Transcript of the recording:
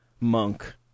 monk